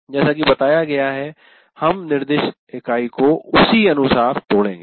जैसा कि बताया गया है हम निर्देश इकाई को उसी अनुसार तोड़ेगे